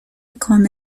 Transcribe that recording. کامل